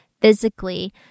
physically